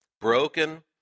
broken